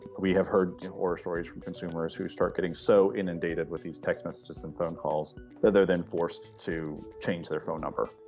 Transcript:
we have heard horror stories from consumers who start getting so inundated with these text messages and phone calls that they're then forced to change their phone number.